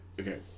okay